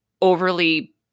overly